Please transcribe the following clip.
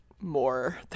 more